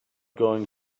going